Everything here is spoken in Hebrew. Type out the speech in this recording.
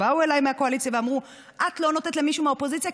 באו אליי מהקואליציה ואמרו: את לא נותנת למישהו מהאופוזיציה,